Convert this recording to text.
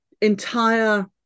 entire